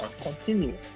continue